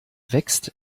wächst